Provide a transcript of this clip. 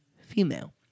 female